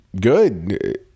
good